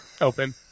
open